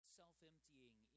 self-emptying